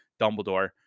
Dumbledore